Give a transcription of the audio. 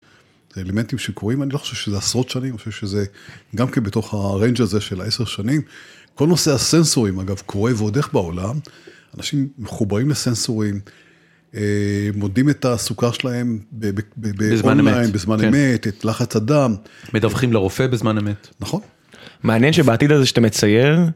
האלנמנטים שקורים אני לא חושב שזה עשרות שנים, אני חושב שזה גם כן בתוך הריינג' הזה של עשר שנים. כל נושא הסנסורים אגב קורה ועוד איך בעולם. אנשים מחוברים לסנסורים. מודדים את הסוכר שלהם בזמן אמת, את לחץ הדם. מדווחים לרופא בזמן אמת. נכון. מעניין שבעתיד הזה שאתה מצייר...